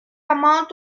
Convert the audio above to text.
amount